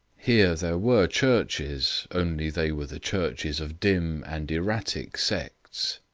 here there were churches only they were the churches of dim and erratic sects,